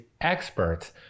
experts